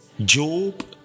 Job